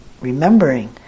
remembering